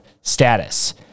status